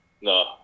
No